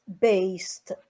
based